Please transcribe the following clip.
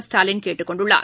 ஸ்டாலின் கேட்டுக்கொண்டுள்ளார்